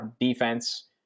defense